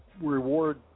reward